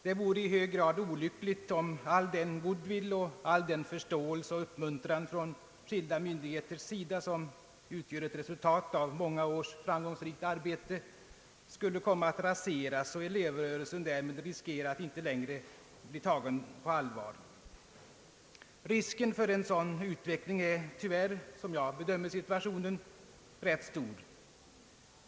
Det vore i hög grad olyckligt om all den goodwill, förståelse och uppmuntran från olika myndigheters sida som utgör ett resultat av många års framgångsrikt arbete skulle komma att raseras och elevrörelsen därmed riskera att inte längre bli tagen riktigt på allvar. Risken för en sådan utveckling är tyvärr, som jag bedömer situationen, ganska stor.